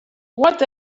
what